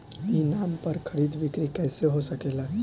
ई नाम पर खरीद बिक्री कैसे हो सकेला?